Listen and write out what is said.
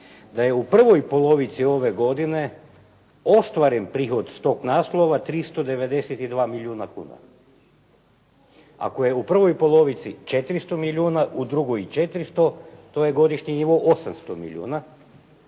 da je u prvoj polovici ove godine ostvaren prihod s tog naslova 392 milijuna kuna. Ako je u prvoj polovici 400 milijuna, u drugoj 400 to je godišnji nivo 800 milijuna.